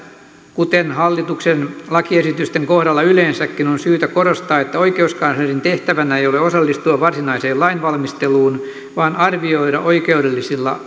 kuten hallituksen lakiesitysten kohdalla yleensäkin on syytä korostaa että oikeuskanslerin tehtävänä ei ole osallistua varsinaiseen lainvalmisteluun vaan arvioida oikeudellisilla